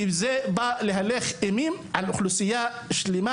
כי זה בא להלך אימים על אוכלוסייה שלמה.